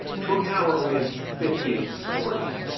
trump tower only has fifty eight stories